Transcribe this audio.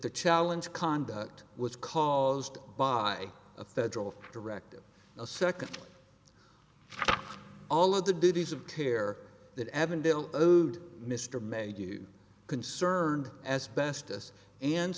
the challenge conduct was caused by a federal directive a second all of the duties of care that avondale owed mr made you concerned as best us and